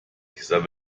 dieser